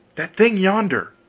that thing yonder.